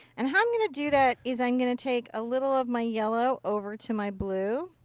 and how i'm going to do that is i'm going to take a little of my yellow over to my blue.